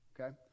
Okay